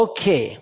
Okay